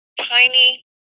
tiny